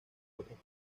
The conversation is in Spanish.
otros